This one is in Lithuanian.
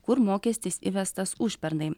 kur mokestis įvestas užpernai